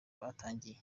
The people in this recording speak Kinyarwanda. batangiye